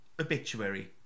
obituary